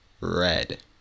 red